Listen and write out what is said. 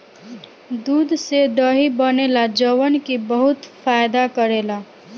दूध से दही बनेला जवन की बहुते फायदा करेला